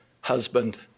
husband